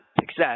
success